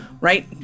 right